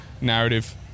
narrative